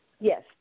Yes